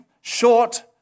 short